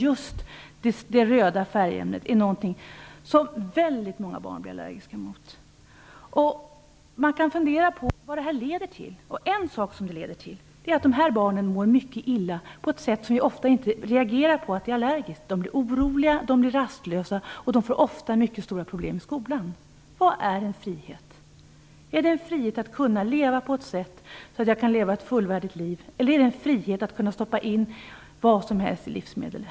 Just det röda färgämnet är någonting som väldigt många barn blir allergiska mot. Man kan fundera på vad det leder till. En sak som det leder till är att de barnen mår mycket illa på ett sätt som vi ofta inte reagerar på att det är allergiskt. De blir oroliga och rastlösa, och de får ofta mycket stora problem i skolan. Vad är det för en frihet? Är det en frihet att kunna leva på ett sätt så att jag kan leva ett fullvärdigt liv, eller är det en frihet att kunna stoppa in vad som helst i livsmedel?